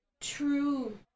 True